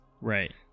Right